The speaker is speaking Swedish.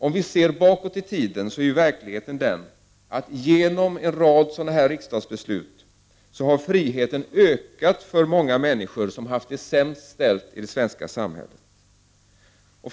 Om vi ser bakåt i tiden, finner vi att verkligheten är den att genom en rad riksdagsbeslut har friheten ökat för många människor som haft det sämst ställt i det svenska samhället.